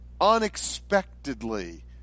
unexpectedly